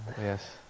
Yes